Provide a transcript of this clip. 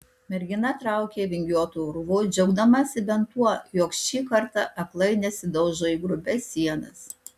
mergina traukė vingiuotu urvu džiaugdamasi bent tuo jog šį kartą aklai nesidaužo į grubias sienas